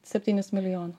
septynis milijonų